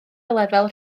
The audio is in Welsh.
lefel